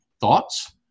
Thoughts